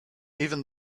even